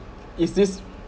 is this